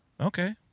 Okay